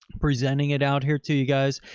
presenting it out here to you guys,